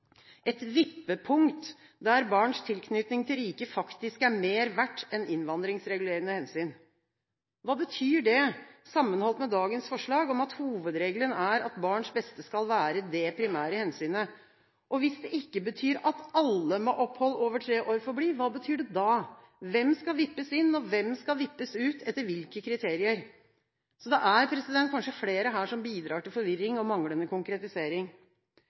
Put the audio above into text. vippepunkt der barns tilknytning til riket faktisk er mer verd enn innvandringsregulerende hensyn». Hva betyr det, sammenholdt med dagens forslag om at hovedregelen er at barns beste skal være det primære hensynet? Og hvis det ikke betyr at alle med opphold over tre år får bli, hva betyr det da? Hvem skal vippes inn, og hvem skal vippes ut – etter hvilke kriterier? Det er kanskje flere her som bidrar til forvirring og manglende konkretisering.